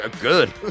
good